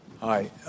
Hi